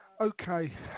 okay